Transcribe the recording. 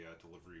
delivery